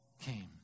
came